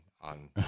on